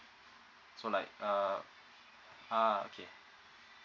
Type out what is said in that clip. so like uh ah okay